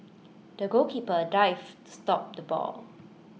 the goalkeeper dived stop the ball